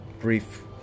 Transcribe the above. brief